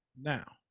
now